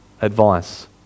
advice